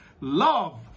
Love